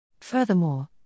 Furthermore